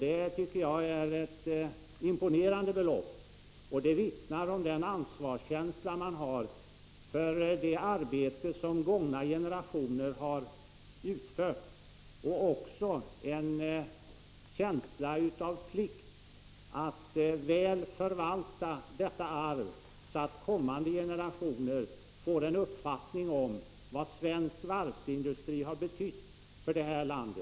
Det tycker jag är ett imponerande belopp, som vittnar om den ansvarskänsla man har för det arbete som gångna generationer har utfört och också om en känsla av plikt att väl förvalta detta arv så att kommande generationer får en uppfattning om vad svensk varvsindustri har betytt för Sverige.